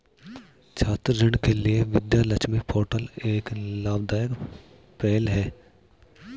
छात्र ऋण के लिए विद्या लक्ष्मी पोर्टल एक लाभदायक पहल है